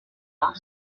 off